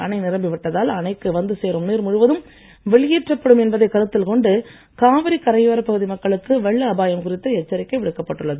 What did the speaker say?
அணை நிரம்பி விட்டதால் அணைக்கு வந்து சேரும் நீர் முழுவதும் வெளியேற்றப்படும் என்பதை கருத்தில் கொண்டு காவிரி கரையோர மக்களுக்கு வெள்ள அபாயம் குறித்து எச்சரிக்கை விடுக்கப்பட்டுள்ளது